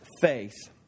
faith